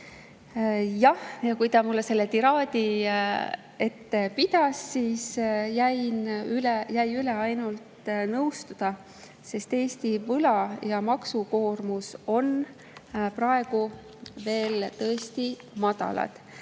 Kui ta mulle selle tiraadi oli pidanud, siis jäi mul üle ainult nõustuda, sest Eesti võla‑ ja maksukoormus on praegu veel tõesti madalad.